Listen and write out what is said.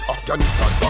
Afghanistan